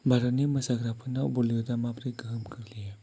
भारतनि मोसाग्राफोरनाव बलिउडा माबोरै गोहोम खोख्लैयो